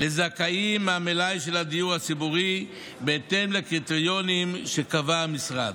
לזכאים מהמלאי של הדיור הציבורי בהתאם לקריטריונים שקבע המשרד.